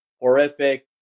Horrific